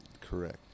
Correct